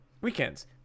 weekends